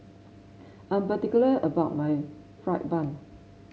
I'm particular about my fried bun